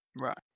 Right